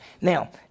Now